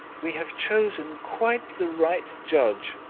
we have chosen quite the right judge,